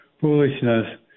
foolishness